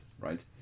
right